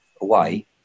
away